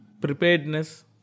preparedness